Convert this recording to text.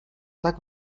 tak